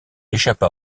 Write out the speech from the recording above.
échappa